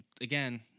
again